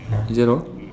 is that all